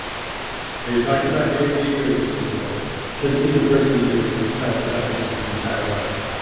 are you talking about gary vee or is it just like because he's a person who tries to document his entire life